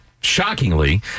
Shockingly